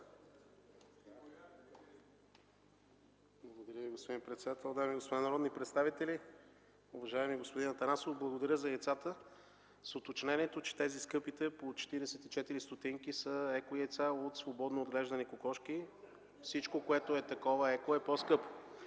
Благодаря Ви, господин председател. Дами и господа народни представители! Уважаеми господин Атанасов, благодаря за яйцата. С уточнението, че тези – скъпите, по 44 стотинки, са еко яйца от свободно отглеждани кокошки. Всичко еко е по-скъпо.